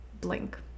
Blink